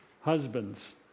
husbands